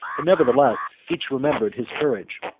but nevertheless each remembered his courage,